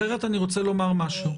אחרת אני רוצה לומר משהו.